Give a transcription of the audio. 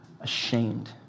ashamed